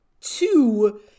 Two